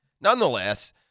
nonetheless